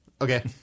Okay